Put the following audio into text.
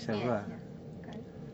yes yes correct